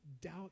doubt